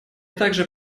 также